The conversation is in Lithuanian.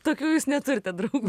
tokių jūs neturite draugų